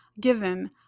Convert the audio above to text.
given